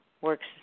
works